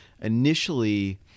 initially